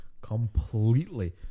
completely